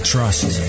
trust